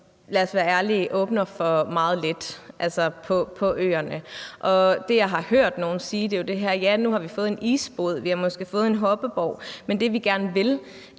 lad os være ærlige – åbner for meget lidt på øerne. Det, jeg har hørt nogle sige, er jo: Ja, nu har vi fået en isbod, og vi får måske en hoppeborg, men det, vi gerne vil,